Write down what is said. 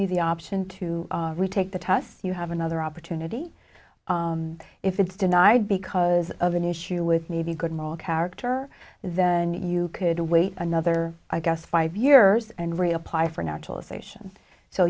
you the option to retake the test you have another opportunity if it's denied because of an issue with maybe good moral character then you could wait another i guess five years and